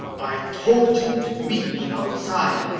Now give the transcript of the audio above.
i told you to meet me outside.